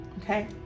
Okay